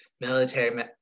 military